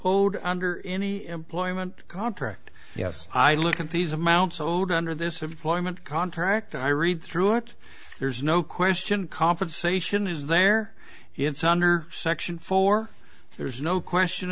owed under any employment contract yes i look at these amounts owed under this of climate contract i read through it there's no question compensation is there it's under section four there's no question